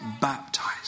baptized